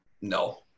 No